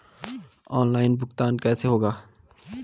Online भुगतान कैसे होगा?